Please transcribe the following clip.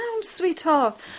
sweetheart